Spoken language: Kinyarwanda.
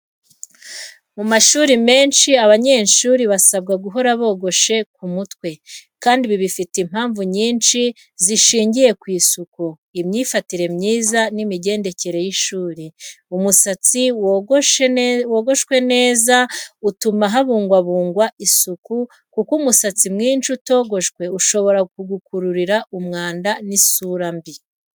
Mu mashuri menshi, abanyeshuri basabwa guhora bogoshe ku mutwe, kandi ibi bifite impamvu nyinshi zishingiye ku isuku, imyifatire myiza n’imigendekere y’ishuri. Umusatsi wogoshwe neza utuma habungwabungwa isuku, kuko umusatsi mwinshi utogoshe ushobora gukurura umwanda n’isura mbi.